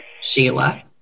Sheila